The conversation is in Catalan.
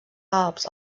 alps